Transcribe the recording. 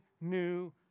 new